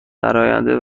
درآینده